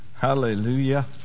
Hallelujah